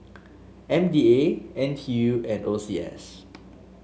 M D A N T U and O C S